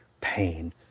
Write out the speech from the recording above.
pain